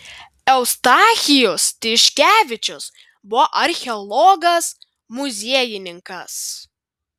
eustachijus tiškevičius buvo archeologas muziejininkas